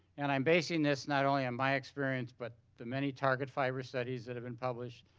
and i'm basing this not only on my experience but the many target fiber studies that have been published.